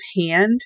hand